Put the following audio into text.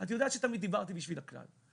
את יודעת שתמיד דיברתי בשביל הכלל.